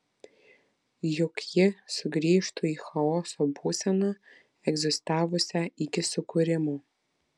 juk ji sugrįžtų į chaoso būseną egzistavusią iki sukūrimo